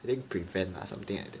I think prevent lah something like that